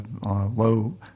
low